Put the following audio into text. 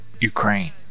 Ukraine